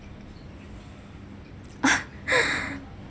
ah